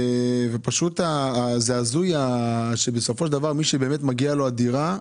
זה הזוי שבסופו של דבר מי שבאמת מגיעה לו הדירה,